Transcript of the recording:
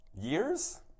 Years